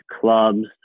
clubs